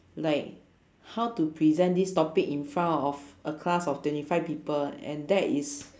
like how to present this topic in front of a class of twenty five people and that is